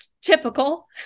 typical